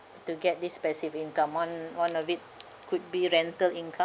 to get this passive income one one of it could be rental income